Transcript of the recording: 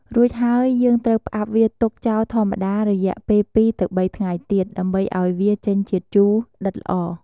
រួចហើយយើងត្រូវផ្អាប់វាទុកចោលធម្មតារយៈពេល ២ ទៅ៣ថ្ងៃទៀត ដើម្បីឱ្យវាចេញជាតិជូរដិតល្អ។